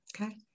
Okay